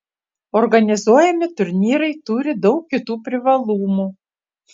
organizuojami turnyrai turi daug kitų privalumų